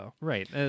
Right